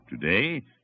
Today